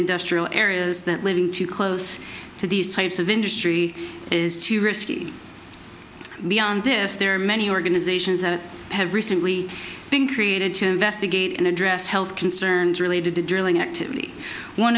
industrial areas that living too close to these types of industry is too risky beyond this there are many organizations that have recently been created to investigate and address health concerns related to drilling activity one